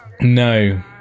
No